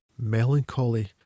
melancholy